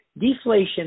Deflation